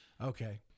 Okay